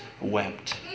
wept